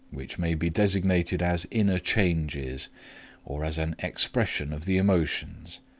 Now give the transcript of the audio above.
which may be designated as inner changes or as an expression of the emotions.